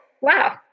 Wow